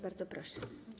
Bardzo proszę.